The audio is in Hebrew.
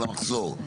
על המחסור.